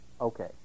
okay